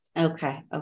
Okay